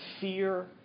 fear